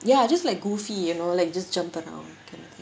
ya just like goofy you know like just jump around kind of thing